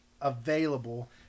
available